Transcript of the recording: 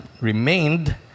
remained